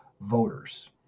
voters